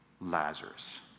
Lazarus